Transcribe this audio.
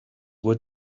were